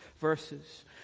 verses